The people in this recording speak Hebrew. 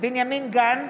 בנימין גנץ,